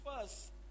first